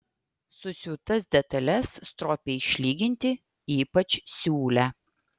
susiūtas detales stropiai išlyginti ypač siūlę